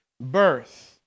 birth